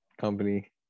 company